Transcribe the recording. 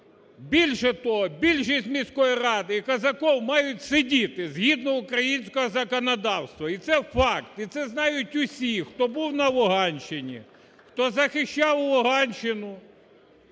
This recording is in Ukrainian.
Більше того, більшість міської ради і Казаков мають сидіти згідно українського законодавства і це факт, і це знають усі, хто був на Луганщині, хто захищав Луганщину,